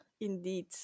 indeed